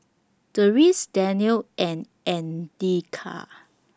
Deris Daniel and Andika